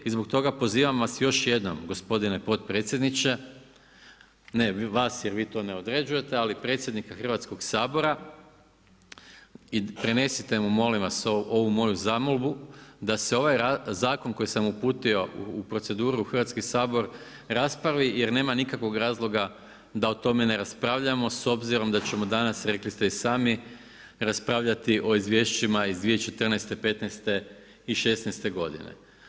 I zbog toga pozivam vas još jednom gospodine potpredsjedniče, ne vas jer vi to ne određujete, ali predsjednika Hrvatskog sabora i prenesite mu molim vas ovu moju zamolbu da se ovaj zakon koji sam uputio u proceduru u Hrvatski sabor raspravi jer nema nikakvog razloga da o tome ne raspravljamo s obzirom da ćemo danas, rekli ste i sami, raspravljati o izvješćima iz 2014., 2015. i 2016. godine.